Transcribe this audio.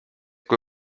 kui